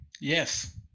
Yes